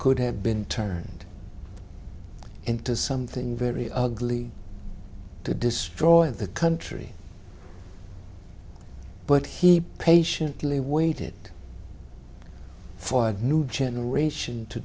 could have been turned into something very ugly to destroy the country but he patiently waited for a new generation to